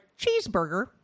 cheeseburger